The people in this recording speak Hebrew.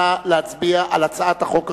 נא להצביע על הצעת החוק הראשונה,